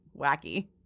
Wacky